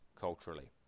culturally